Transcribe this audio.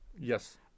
Yes